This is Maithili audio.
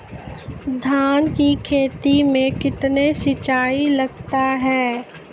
धान की खेती मे कितने सिंचाई लगता है?